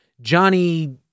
Johnny